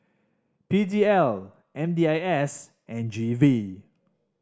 P D L M D I S and G V